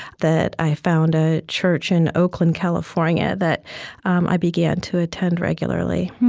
that i found a church in oakland, california that um i began to attend regularly